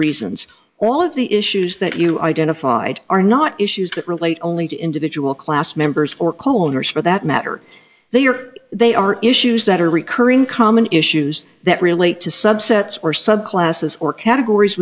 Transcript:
reasons all of the issues that you identified are not issues that relate only to individual class members or co owners for that matter they are they are issues that are recurring common issues that relate to subsets or sub classes or categories